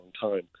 time